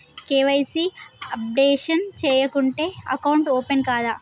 KYC updation చేయకుంటే account open కాదా?